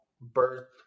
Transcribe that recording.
birth